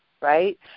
right